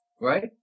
right